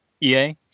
EA